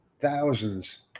thousands